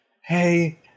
Hey